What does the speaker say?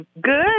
good